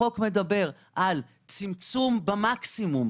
החוק מדבר על צמצום במקסימום,